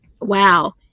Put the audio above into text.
Wow